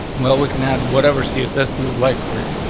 well, we can add whatever css we would like order.